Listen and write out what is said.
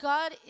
God